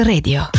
Radio